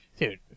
dude